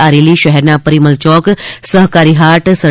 આ રેલી શહેરના પરિમલ ચોક સહકારી હાટ સર